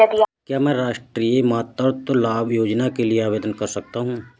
क्या मैं राष्ट्रीय मातृत्व लाभ योजना के लिए आवेदन कर सकता हूँ?